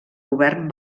govern